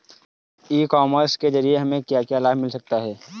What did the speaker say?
ई commerce के ज़रिए हमें क्या क्या लाभ मिल सकता है?